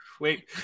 wait